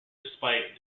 despite